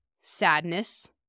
sadness